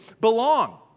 belong